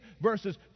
verses